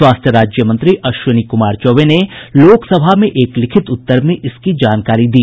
स्वास्थ्य राज्य मंत्री अश्विनी कुमार चौबे ने लोकसभा में एक लिखित उत्तर में इसकी जानकारी दी